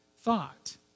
thought